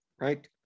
right